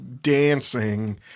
dancing